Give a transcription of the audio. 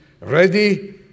ready